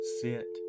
sit